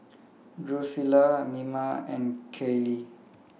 Drusilla Mima and Kailee